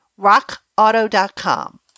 RockAuto.com